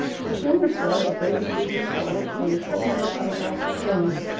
but she only said that they would sleep in florence, and told him to telegraph for rooms.